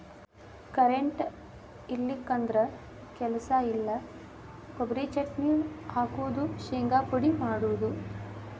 current ಇಲ್ಲಿಕಂದ್ರ ಕೆಲಸ ಇಲ್ಲಾ, ಕೊಬರಿ ಚಟ್ನಿ ಹಾಕುದು, ಶಿಂಗಾ ಪುಡಿ ಮಾಡುದು